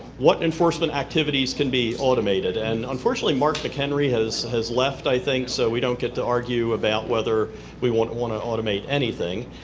what enforcement activities can be automated? and unfortunately mark mchenry has has left, i think, so we don't get to argue about whether we want want to automate anything.